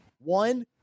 One